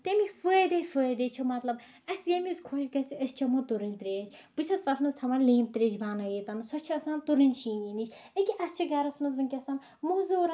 تَمِکۍ فٲیدَے فٲیدٕ چھِ مطلب اَسہِ ییٚمہِ وِز خۄش گژھِ أسۍ چیٚمو تٔرٕنۍ تریش بہٕ چھَس تتھ منٛز تھاوان لیمبۍ تریش بَنٲیِتھ سۄ چھےٚ آسان تٔرٕنۍ شیٖن ہِش أکیاہ اَسہِ چھِ گرَس منٛز ؤنکیٚسن موزوٗر